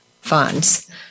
funds